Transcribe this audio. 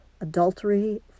Adultery